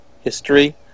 history